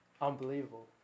Unbelievable